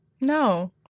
No